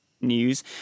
news